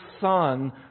son